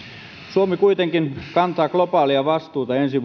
suomi kuitenkin kantaa globaalia vastuuta ensi